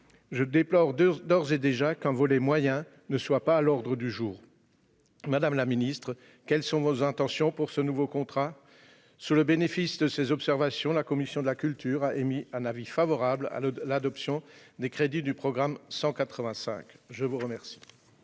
Je déplore d'ores et déjà qu'un volet « moyens » ne soit pas à l'ordre du jour de ce nouveau COP. Madame la ministre, quelles sont vos intentions en la matière ? Sous le bénéfice de ces observations, la commission de la culture a émis un avis favorable sur l'adoption des crédits du programme 185. Mes chers